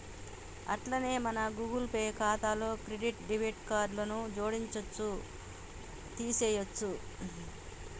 అట్లనే మన Google Pay ఖాతాలో క్రెడిట్ డెబిట్ కార్డులను జోడించవచ్చు తీసేయొచ్చు